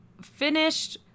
finished